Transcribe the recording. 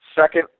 Second